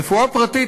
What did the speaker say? רפואה פרטית,